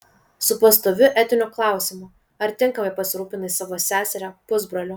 su pastoviu etiniu klausimu ar tinkamai pasirūpinai savo seseria pusbroliu